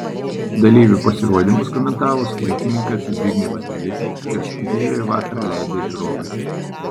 dalyvių pasirodymus komentavo smuikininkas zbignevas levickis ir studijoje vakarą leidę žiūrovai